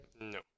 No